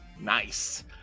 Nice